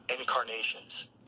incarnations